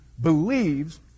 believes